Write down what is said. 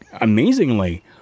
Amazingly